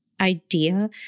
idea